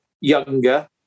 younger